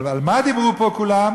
אבל על מה דיברו פה כולם?